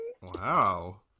Wow